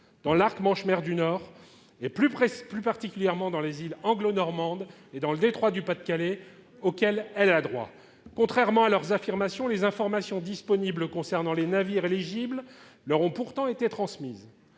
dans l'arc Manche-mer du Nord, plus particulièrement autour des îles anglo-normandes et dans le détroit du pas de Calais. Contrairement à leurs affirmations, les informations disponibles concernant les navires éligibles leur ont pourtant été transmises.